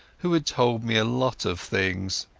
who had told me a lot of things.